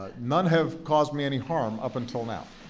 like none have caused me any harm up until now.